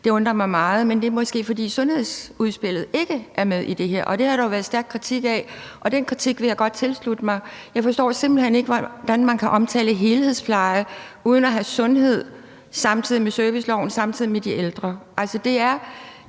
Det undrer mig meget, men det er måske, fordi sundhedsudspillet ikke er med i det her. Det har der jo været stærk kritik af, og den kritik vil jeg godt tilslutte mig. Jeg forstår simpelt hen ikke, hvordan man kan omtale helhedspleje uden samtidig at have sundhedsområdet og serviceloven med i forhold til de ældre.